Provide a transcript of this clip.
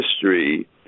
history